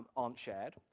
aren't shared,